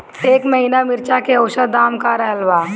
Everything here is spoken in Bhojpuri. एह महीना मिर्चा के औसत दाम का रहल बा?